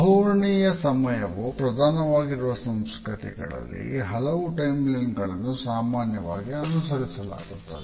ಬಹುವರ್ಣೀಯ ಸಮಯವು ಪ್ರಧಾನವಾಗಿರುವ ಸಂಸ್ಕೃತಿಗಳಲ್ಲಿ ಹಲವು ಟೈಮ್ಲೈನ್ ಗಳನ್ನುಸಾಮಾನ್ಯವಾಗಿ ಅನುಸರಿಸಲಾಗುತ್ತದೆ